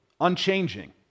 unchanging